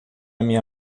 minha